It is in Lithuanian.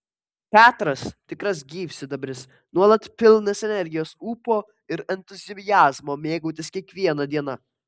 petras tikras gyvsidabris nuolat pilnas energijos ūpo ir entuziazmo mėgautis kiekviena diena